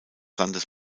landes